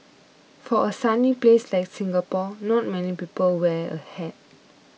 for a sunny place like Singapore not many people wear a hat